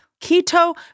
keto